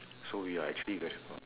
so we are actually very fa~